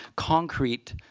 concrete,